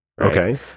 okay